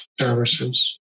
services